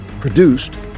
produced